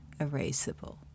erasable